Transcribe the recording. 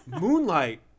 moonlight